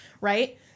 right